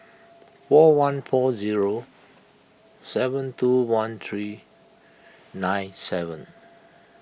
four one four zero seven two one three nine seven